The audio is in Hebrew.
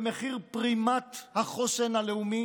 במחיר פרימת החוסן הלאומי